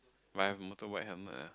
but I have motorbike helmet ah